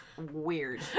weird